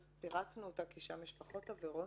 אז פירטנו אותה כי יש שם פחות עבירות.